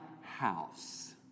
house